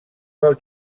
del